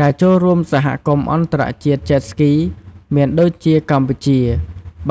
ការចូលរួមសហគមន៍អន្តរជាតិ Jet Ski មានដូចជាកម្ពុជា